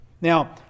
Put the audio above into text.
Now